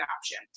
option